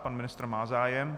Pan ministr má zájem.